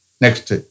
Next